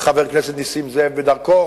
חבר הכנסת נסים זאב בדרכו,